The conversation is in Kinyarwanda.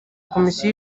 komisiyo